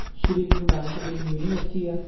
ਸ਼੍ਰੀ Guru Nanak Dev university ਆ